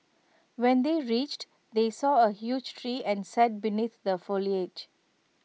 when they reached they saw A huge tree and sat beneath the foliage